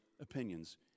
opinions